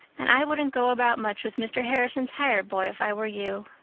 and i wouldn't go about much with mr. harrison's hired boy if i were you.